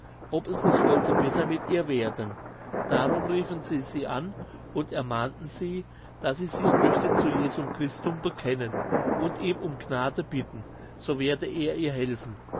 ob es nicht wollte besser mit ihr werden darum riefen sie sie an und ermahnten sie daß sie sich möchte zu jesum christum bekennen und ihn um gnade bitten so werde er ihr helfen